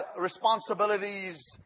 responsibilities